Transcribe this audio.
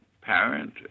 parent